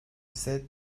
ise